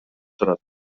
турат